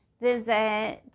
visit